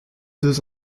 deux